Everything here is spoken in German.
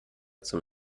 zum